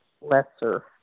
lesser